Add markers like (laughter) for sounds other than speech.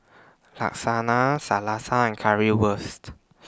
Lasagna (unintelligible) and Currywurst